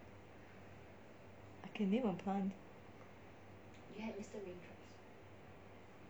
I can name a plant